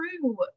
true